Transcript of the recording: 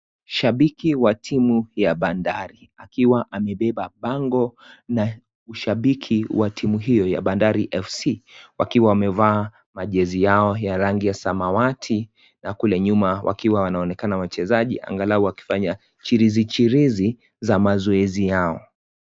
Shabiki wa timu ya Bandari akiwa amebeba bango na ushabiki wa timu hiyo ya Bandari Fc wakiwa wamevaa majesi yao ya rangi ya samawati na kule nyuma wakiwa wanaonekana wachezaji angalau wakifanya chirizichirizi za mazoezi yao.